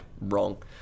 wrong